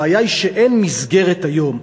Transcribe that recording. הבעיה היא שאין מסגרת היום,